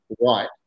right